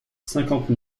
cinquante